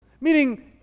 meaning